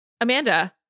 Amanda